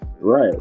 Right